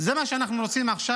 זה מה שאנחנו רוצים עכשיו?